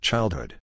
Childhood